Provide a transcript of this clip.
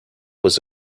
was